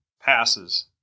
passes